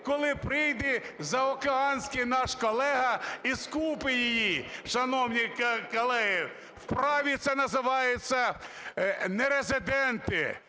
коли прийде заокеанський наш колега і скупить її, шановні колеги? В праві це називається "нерезиденти".